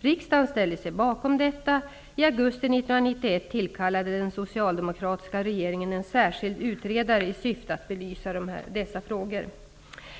Riksdagen ställde sig bakom detta. I augusti 1991 tillkallade den socialdemokratiska regeringen en särskild utredare i syfte att belysa dessa frågor.